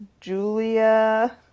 Julia